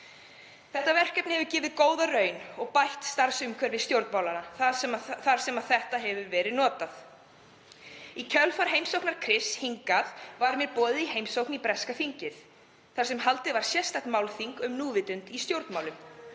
streitu. Verkefnið hefur gefið góða raun og bætt starfsumhverfi stjórnmálanna þar sem það hefur verið notað. Í kjölfar heimsóknar Chris hingað var mér boðið í heimsókn í breska þingið þar sem haldið var sérstakt málþing um núvitund í stjórnmálum,